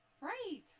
Right